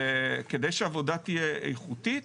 וכדי שהעבודה תהיה איכותית,